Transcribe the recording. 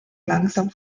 langsam